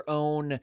own